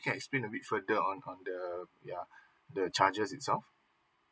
ya it's been recruit the on top the ya the charges itself